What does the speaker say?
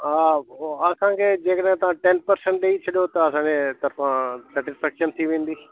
हा असांखे जेकर तव्हां टेन पर्सेंट ॾई छॾियो त असांजे तरफां सेटिसफेक्शन थी वेंदी